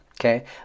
okay